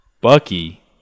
Bucky